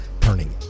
turning